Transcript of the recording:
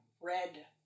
red